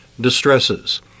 distresses